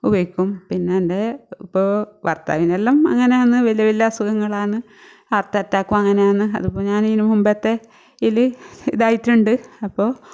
ഉപയോഗിക്കും പിന്നെ എൻ്റെ ഇപ്പോൾ ഭർത്താവിനെല്ലാം അങ്ങനെയാണ് വലിയ വലിയ അസുഖങ്ങളാന്ന് ഹാർട്ടറ്റാക്കും അങ്ങനെ ആന്ന് അതിപ്പം ഞാൻ ഇതിന് മുൻപത്തെ ഇതിൽ ഇതായിട്ടുണ്ട് അപ്പോൾ